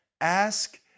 Ask